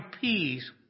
peace